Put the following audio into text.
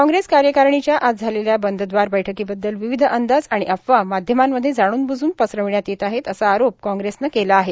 कांग्रेस कार्यकारिणीच्या आज झालेल्या बंददवार बैठकीबद्दल विविध अंदाज आणि अफवा माध्यमांमध्ये जाणून बुजून पसरविण्यात येत आहेत असा आरोप कांग्रेसनं केला आहे